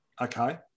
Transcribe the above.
Okay